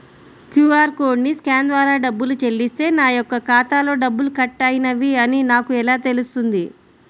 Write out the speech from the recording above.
QR కోడ్ని scan ద్వారా డబ్బులు చెల్లిస్తే నా యొక్క ఖాతాలో డబ్బులు కట్ అయినవి అని నాకు ఎలా తెలుస్తుంది?